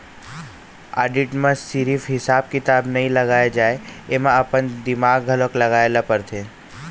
audit म सिरिफ हिसाब किताब नइ लगाए जाए एमा अपन दिमाक घलोक लगाए ल परथे